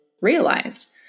realized